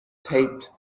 taped